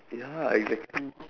ya exactly